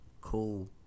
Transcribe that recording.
Cool